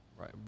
Right